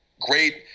great